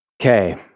Okay